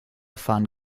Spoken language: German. fahren